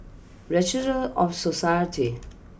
Registry of Societies